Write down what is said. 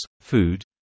food